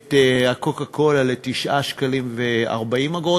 ואת הקוקה-קולה ל-9.40 שקלים,